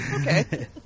Okay